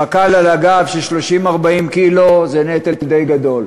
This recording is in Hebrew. פק"ל על הגב של 30, 40 קילו זה נטל די גדול.